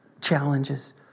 challenges